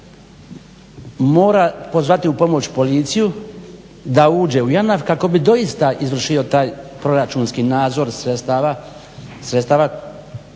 mora pozvati u pomoć policiju da uđe u JANAF kako bi doista izvršio taj proračunski nadzor sredstava